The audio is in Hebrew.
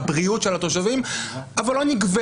על הבריאות של התושבים אבל לא נגבה